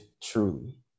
truly